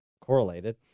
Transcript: correlated